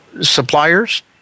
suppliers